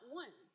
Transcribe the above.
one